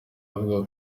avuga